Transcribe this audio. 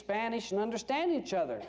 spanish and understand each other